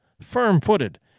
firm-footed